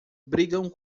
brigam